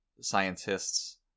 scientists